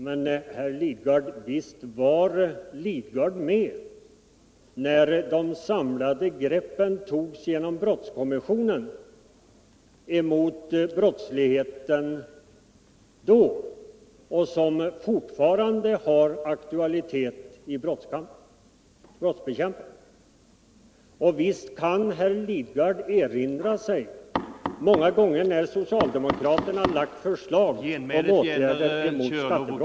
Men visst var väl herr Lidgard med när vi genom brottskommissionen tog de samlade greppen mot brottsligheten och fattade beslut om åtgärder som fortfarande har aktualitet i brottsbekämpningen. Och nog kan väl herr Lidgard erinra sig att socialdemokraterna många gånger lagt fram förslag om åtgärder mot skattebrottsligheten de senaste åren.